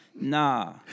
Nah